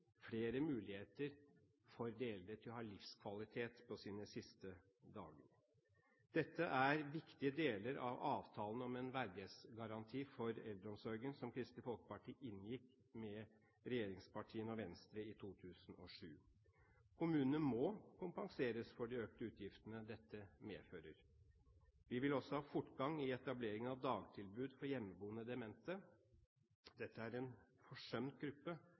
flere muligheter for de eldre til å ha livskvalitet på sine siste dager. Dette er viktige deler av avtalen om en verdighetsgaranti for eldreomsorgen, som Kristelig Folkeparti inngikk med regjeringspartiene og Venstre i 2007. Kommunene må kompenseres for de økte utgiftene dette medfører. Vi vil også ha fortgang i etableringen av dagtilbud for hjemmeboende demente. Dette er en forsømt gruppe,